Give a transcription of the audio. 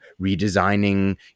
redesigning